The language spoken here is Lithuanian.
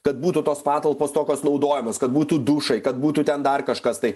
kad būtų tos patalpos tokios naudojamos kad būtų dušai kad būtų ten dar kažkas tai